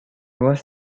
was